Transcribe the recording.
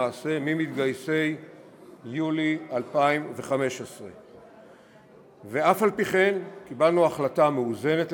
למעשה ממתגייסי יולי 2015. ואף-על-פי-כן קיבלנו החלטה מאוזנת,